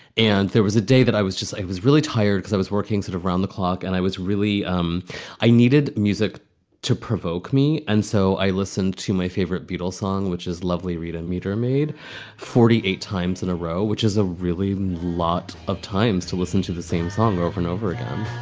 and there was a day that i was just i was really tired because i was working sort of round the clock and i was really um i needed music to provoke me. and so i listened to my favorite beatles song, which is lovely, read a meter made forty eight times in a row, which is a really lot of times to listen to the same song over and over again